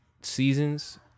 seasons